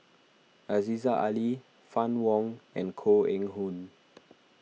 Aziza Ali Fann Wong and Koh Eng Hoon